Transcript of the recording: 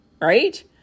Right